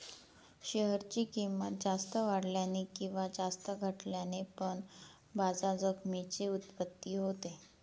share ची किंमत जास्त वाढल्याने किंवा जास्त घटल्याने पण बाजार जोखमीची उत्पत्ती होते